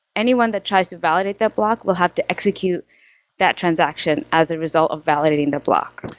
anyone that tries to validate that block will have to execute that transaction as a result of validating their block.